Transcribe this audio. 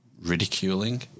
ridiculing